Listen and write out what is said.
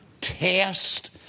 test